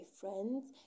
friends